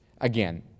again